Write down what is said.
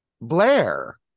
blair